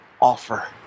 offer